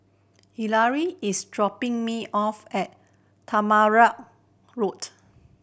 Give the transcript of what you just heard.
Yareli is dropping me off at Tamarind Road